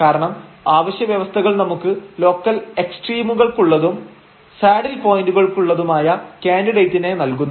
കാരണം ആവശ്യ വ്യവസ്ഥകൾ നമുക്ക് ലോക്കൽ എക്സ്ട്രീമുകൾക്കുള്ളതും സാഡിൽ പോയന്റുകൾക്കുള്ളതുമായ കാൻഡിഡെയ്റ്റിനെ നൽകുന്നു